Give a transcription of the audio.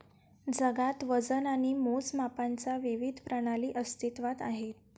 जगात वजन आणि मोजमापांच्या विविध प्रणाली अस्तित्त्वात आहेत